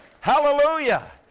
Hallelujah